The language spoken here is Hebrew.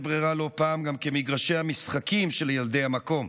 ברירה לא פעם גם כמגרשי המשחקים של ילדי המקום.